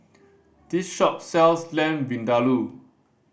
this shop sells Lamb Vindaloo